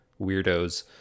weirdos